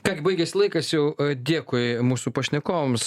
tiek baigiasi laikas jau dėkui mūsų pašnekovams